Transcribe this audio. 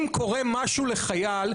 אם קורה משהו לחייל,